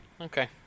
Okay